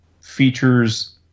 features